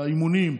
האימונים,